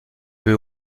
peu